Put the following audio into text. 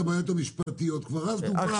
מהמצב.